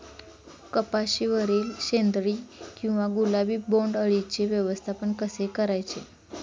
कपाशिवरील शेंदरी किंवा गुलाबी बोंडअळीचे व्यवस्थापन कसे करायचे?